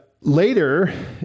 later